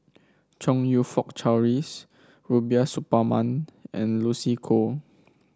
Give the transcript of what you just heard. Chong You Fook Charles Rubiah Suparman and Lucy Koh